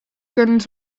guns